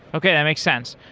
okay that make sense.